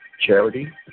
charity